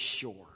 sure